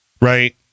Right